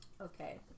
Okay